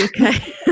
okay